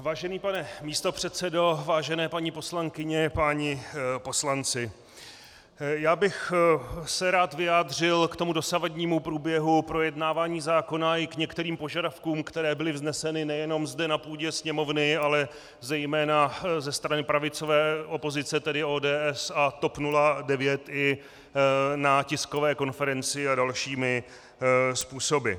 Vážený pane místopředsedo, vážené paní poslankyně, páni poslanci, já bych se rád vyjádřil k dosavadnímu průběhu projednávání zákona i k některým požadavkům, které byly vzneseny nejenom zde na půdě Sněmovny, ale zejména ze strany pravicové opozice, tedy ODS a TOP 09, i na tiskové konferenci a dalšími způsoby.